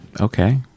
Okay